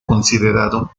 considerado